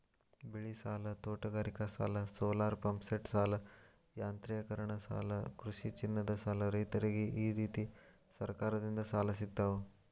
ಬೆಳಿಸಾಲ, ತೋಟಗಾರಿಕಾಸಾಲ, ಸೋಲಾರಪಂಪ್ಸೆಟಸಾಲ, ಯಾಂತ್ರೇಕರಣಸಾಲ ಕೃಷಿಚಿನ್ನದಸಾಲ ರೈತ್ರರಿಗ ಈರೇತಿ ಸರಕಾರದಿಂದ ಸಾಲ ಸಿಗ್ತಾವು